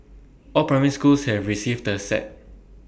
all primary schools have received the set